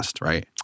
right